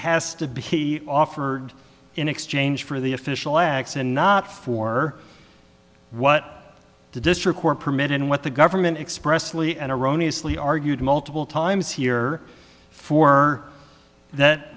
has to be offered in exchange for the official acts and not for what the district court permit and what the government expressly and erroneous lee argued multiple times here for that